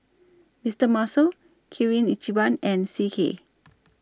Mister Muscle Kirin Ichiban and C K